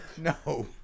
No